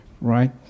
right